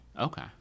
Okay